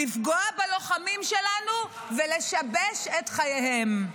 לפגוע בלוחמים שלנו ולשבש את חייהם.